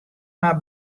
mar